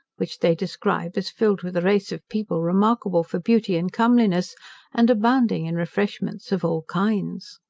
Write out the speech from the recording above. which they describe as filled with a race of people remarkable for beauty and comeliness and abounding in refreshments of all kinds.